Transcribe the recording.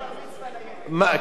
לא, הוא בן ארבע וחצי.